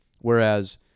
Whereas